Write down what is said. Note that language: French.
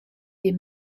des